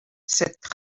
cette